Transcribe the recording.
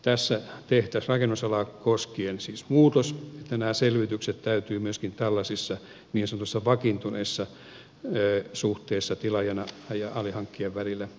tässä tehtäisiin rakennusalaa koskien siis muutos että nämä selvitykset täytyy myöskin tällaisissa niin sanotuissa vakiintuneissa suhteissa tilaajan ja alihankkijan välillä toteuttaa